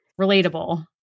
relatable